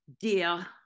Dear